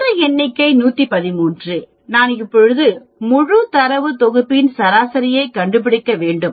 மொத்த எண்ணிக்கை 113 நான் இப்பொழுது முழு தரவு தொகுப்பின் சராசரியைக் கண்டுபிடிக்க வேண்டும்